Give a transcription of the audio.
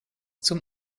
zum